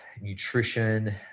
nutrition